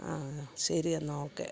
ആ ശരിയെന്നാൽ ഓക്കേ